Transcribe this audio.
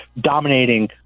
dominating